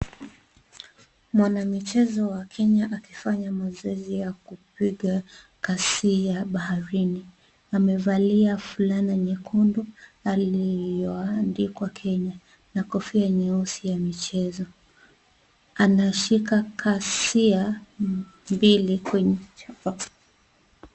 Mwanamichezo wa kenya akifanya mazoezi ya kupiga kasia baharini. Amevalia fulana nyekundu iliyoandikwa kenya na kofia nyeusi ya michezo. Anashika kasia mbili kwenye mkono.